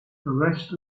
rest